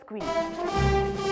queen